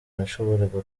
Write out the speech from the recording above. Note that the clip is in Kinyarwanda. nashoboraga